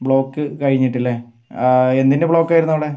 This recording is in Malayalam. ബ്ലോക്ക് കഴിഞ്ഞിട്ട് അല്ലേ ആ എന്തിൻ്റെ ബ്ലോക്കായിരുന്നു അവിടെ